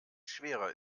schwerer